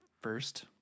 First